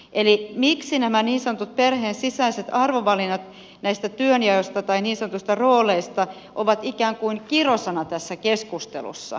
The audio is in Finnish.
eli miksi nämä niin sanotut perheen sisäiset arvovalinnat nämä työnjaot tai niin sanotut roolit ovat ikään kuin kirosana tässä keskustelussa